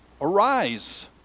Arise